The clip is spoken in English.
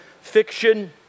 fiction